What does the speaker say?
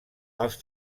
els